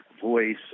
voice